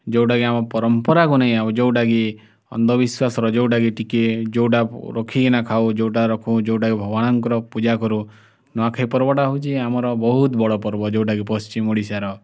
ଯେଉଁଟାକି ଆମ ପରମ୍ପରାକୁ ନେଇ ଆଉ ଯେଉଁଟାକି ଅନ୍ଧବିଶ୍ୱାସର ଯେଉଁଟାକି ଟିକେ ଯେଉଁଟା ରଖିକିନା ଖାଉ ଯେଉଁଟା ରଖୁ ଯେଉଁଟା କିି ଭଗବାନଙ୍କର ପୂଜା କରୁ ନୂଆଖାଇ ପର୍ବଟା ହେଉଛି ଆମର ବହୁତ ବଡ଼ ପର୍ବ ଯେଉଁଟାକି ପଶ୍ଚିମ ଓଡ଼ିଶାର